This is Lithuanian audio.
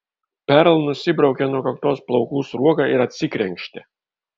perl nusibraukė nuo kaktos plaukų sruogą ir atsikrenkštė